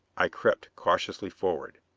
i crept cautiously forward.